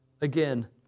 again